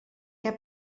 què